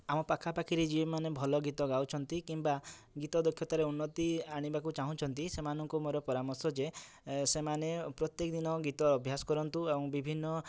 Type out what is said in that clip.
ଆମ ପାଖାପାଖି ରେ ଯେଉଁ ମାନେ ଭଲ ଗୀତ ଗାଉଛନ୍ତି କିମ୍ବା ଗୀତ ଦକ୍ଷତା ରେ ଉନ୍ନତ୍ତି ଆଣିବାକୁ ଚାଁହୁଛନ୍ତି ସେମାନଙ୍କୁ ମୋର ପରାମର୍ଶ ଯେ ସେମାନେ ପ୍ରତ୍ୟେକ ଦିନ ଗୀତ ଅଭ୍ୟାସ କରନ୍ତୁ ଏବଂ ବିଭିନ୍ନ